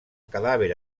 cadàver